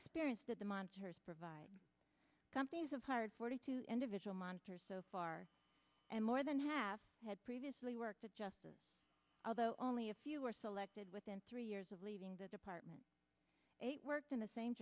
experience did the monsters provide companies of hired forty two individual monsters so far and more than half had previously worked at justice although only a few were selected within three years of leaving the department eight worked in the same